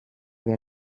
wir